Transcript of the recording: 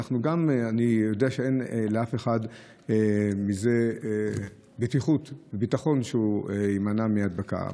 אני יודע שאין לאף אחד ביטחון מזה שהוא יימנע מהדבקה.